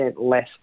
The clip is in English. less